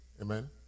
Amen